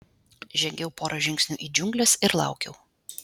žengiau porą žingsnių į džiungles ir laukiau